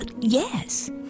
Yes